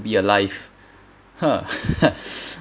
be alive ha